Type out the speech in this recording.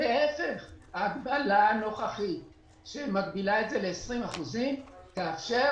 ההגבלה הנוכחית שמגבילה את זה ל-20% תאפשר